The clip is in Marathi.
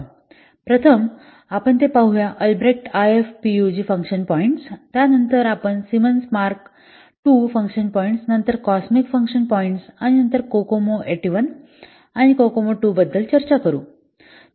तर प्रथम आपण ते पाहूया अल्ब्रेक्ट IFPUG फंक्शन पॉईंट्स त्यानंतर आपण Symons Mark II function points नंतर कॉसमिक फंक्शन पॉईंट्स आणि नंतर कोकोमो 81 आणि कोकोमो II बद्दल चर्चा करू